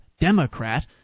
Democrat